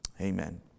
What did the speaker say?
Amen